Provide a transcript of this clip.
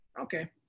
Okay